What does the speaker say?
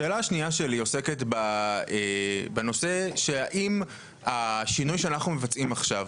השאלה השנייה שלי עוסקת בנושא שהאם השינוי שאנחנו מבצעים עכשיו,